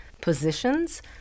positions